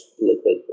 liquid